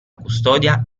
custodia